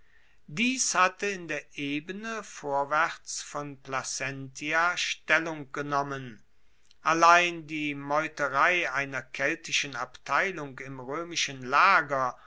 dies hatte in der ebene vorwaerts von placentia stellung genommen allein die meuterei einer keltischen abteilung im roemischen lager